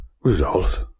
Rudolph